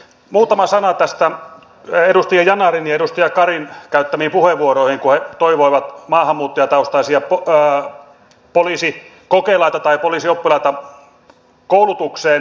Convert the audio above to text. muutama sana näistä edustaja yanarin ja edustaja karin käyttämistä puheenvuoroista kun he toivoivat maahanmuuttajataustaisia mukaan poliisi kokeilla tätä olisi poliisioppilaita koulutukseen